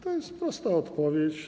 To jest prosta odpowiedź.